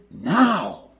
now